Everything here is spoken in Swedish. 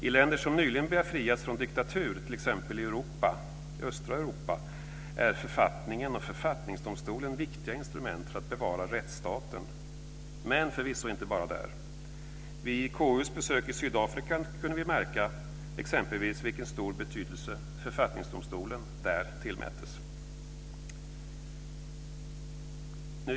I länder som nyligen befriats från diktatur, t.ex. i östra Europa, är författningen och författningsdomstolen viktiga instrument för att bevara rättsstaten, men förvisso inte bara där. Vid KU:s besök i Sydafrika kunde vi märka exempelvis vilken stor betydelse författningsdomstolen där tillmättes.